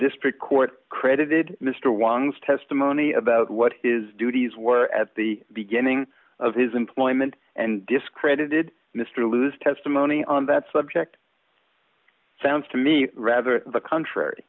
district court credited mr wanks testimony about what his duties were at the beginning of his employment and discredited mr lewis testimony on that subject sounds to me rather the contrary